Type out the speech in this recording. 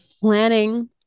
planning